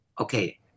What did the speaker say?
okay